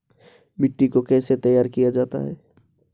मिट्टी को कैसे तैयार किया जाता है?